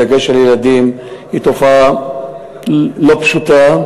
בדגש על ילדים, היא תופעה לא פשוטה,